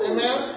Amen